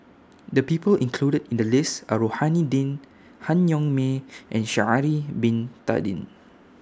The People included in The list Are Rohani Din Han Yong May and Sha'Ari Bin Tadin